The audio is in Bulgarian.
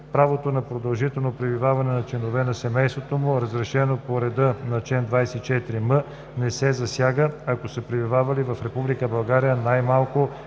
правото на продължително пребиваване на членове на семейството му, разрешено по реда на чл. 24м, не се засяга, ако са пребивавали в Република